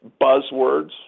buzzwords